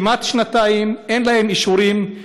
כמעט שנתיים אין להן אישורים,